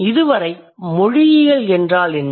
இதுவரை மொழியியல் என்றால் என்ன